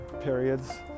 periods